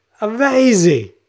Amazing